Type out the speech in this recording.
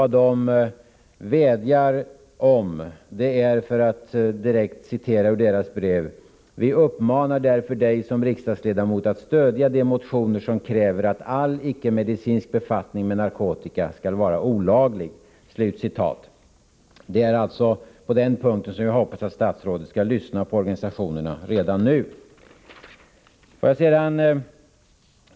De vädjar om följande, och jag citerar ur deras brev: ”Vi uppmanar därför dig som riksdagsledamot att stödja de motioner som kräver att all icke-medicinsk befattning med narkotika skall vara olaglig.” Jag hoppas att statsrådet skall lyssna på organisationerna på den punkten redan nu.